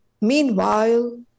Meanwhile